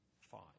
five